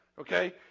okay